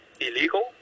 illegal